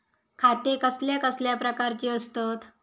खाते कसल्या कसल्या प्रकारची असतत?